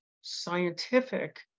scientific